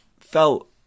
felt